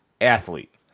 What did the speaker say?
athlete